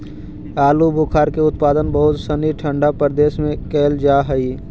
आलूबुखारा के उत्पादन बहुत सनी ठंडा प्रदेश में कैल जा हइ